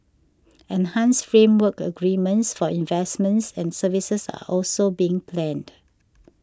enhanced framework agreements for investments and services are also being planned